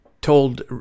told